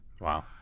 Wow